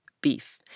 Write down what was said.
beef